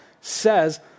says